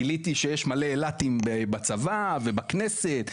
גיליתי שיש מלא אילתים בצבא ובכנסת,